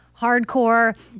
hardcore